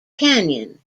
canyon